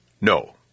No